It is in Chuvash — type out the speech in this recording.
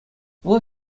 вӑл